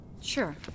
Sure